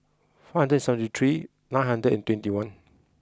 four hundred seventy three nine hundred and twenty one